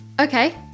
Okay